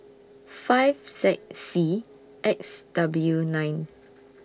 five Z C X W nine